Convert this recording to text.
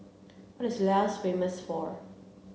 what is Laos famous for